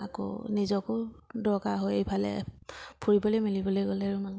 আকৌ নিজকো দৰকাৰ হয় এইফালে ফুৰিবলৈ মেলিবলৈ গ'লে আৰু মানে